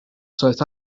south